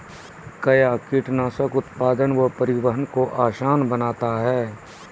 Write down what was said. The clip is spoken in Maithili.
कया कीटनासक उत्पादन व परिवहन को आसान बनता हैं?